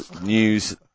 news